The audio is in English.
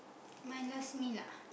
minus me lah